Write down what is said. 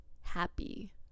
happy